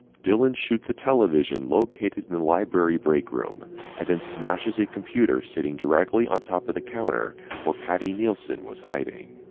dylan shoots a television located in the library break room and then smashes a computer sitting directly on top of the counter while patti nielsen was hiding.